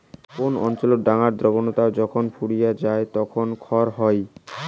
কোন অঞ্চলত ডাঙার আর্দ্রতা যখুন ফুরিয়ে যাই তখন খরা হই